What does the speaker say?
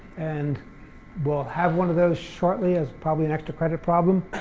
and we'll have one of those shortly as probably an extra credit problem.